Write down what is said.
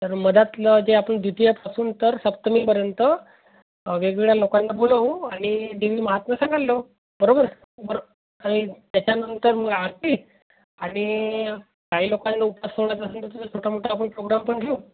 तर मधातलं जे आपण द्वितीयेपासून तर सप्तमीपर्यंत वेगवेगळ्या लोकांना बोलवू आणि देवी महात्म्य सांगायला लावू बरोबर बरं आणि त्याच्यानंतर मग आरती आणि काही लोकांना उपास सोडायसाठी असेन तर छोटा मोठा आपण प्रोग्राम पण घेऊ